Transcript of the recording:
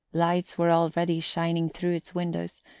lights were already shining through its windows,